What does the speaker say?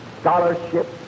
scholarships